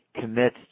commit